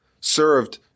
served